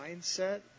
mindset